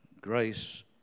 grace